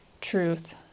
truth